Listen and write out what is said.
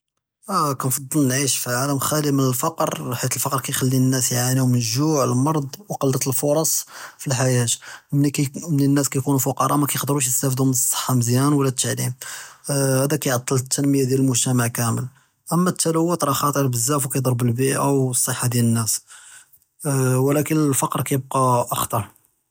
כֵּיךְ נְפַדֵּל נְעַיֵּש פִּי עָלַם חָאלִי מִן פַּקֶּר חֵית פַּקֶּר כַּיִחַלִּי נַאס יְעַאנּיוּ מִן גּוּע וּמַרַאד וְקַלַّة פְּרָס פִּי חַיַאת, מִין נַאס יְקוּנוּ פְּקָארַא מִיְקְדְּרוּש יִסְתַאְפְּדוּ מִן סַחַّة מְזְיַאן וְלָא תַעְלִימ, הָאכּ נְכַעְטְל תַּנְמִיַּה דִּיַאל מֻגְתַמַע כָּאמֵל, אַמַא תְּלוּת רַאהּ חַ'טִיר בְּזַאף כַּיִדַּר בְּאַלְבִּיַא וְסַחַّة דִּיַאל נַאס, וְלָאקִין פַּקֶּר כַּיִבְקִי אַחְטַר.